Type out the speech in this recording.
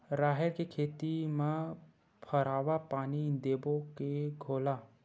राहेर के खेती म फवारा पानी देबो के घोला?